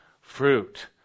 fruit